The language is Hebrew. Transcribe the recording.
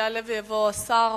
יעלה ויבוא השר.